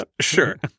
sure